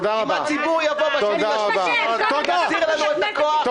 אם הציבור יבוא ב-2.3 ויחזיר לנו את הכוח,